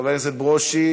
חבר הכנסת ברושי,